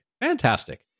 Fantastic